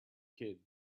kid